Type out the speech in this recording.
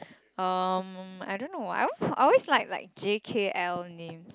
um I don't know I always I always like like J_K_L names